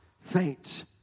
faint